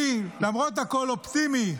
למרות הכול אני אופטימי,